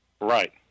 Right